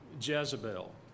Jezebel